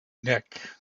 nick